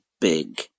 big